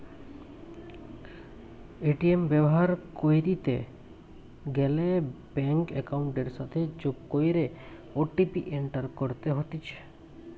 ATM ব্যবহার কইরিতে গ্যালে ব্যাঙ্ক একাউন্টের সাথে যোগ কইরে ও.টি.পি এন্টার করতে হতিছে